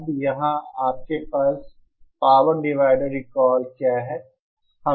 अब यहाँ आपके पास पावर डिवाइडर रिकॉल क्या है